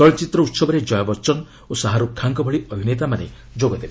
ଚଳଚ୍ଚିତ୍ର ଉହବରେ ଜୟା ବଚ୍ଚନ ଓ ଶାହାରୁଖ୍ ଖାଁଙ୍କ ଭଳି ଅଭିନେତାମାନେ ମଧ୍ୟ ଯୋଗଦେବେ